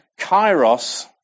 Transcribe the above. Kairos